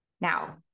Now